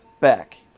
...back